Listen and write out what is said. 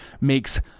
makes